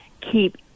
keep